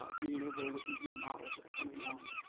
ah being able with these new models that are coming on,